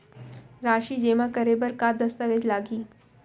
राशि जेमा करे बर का दस्तावेज लागही?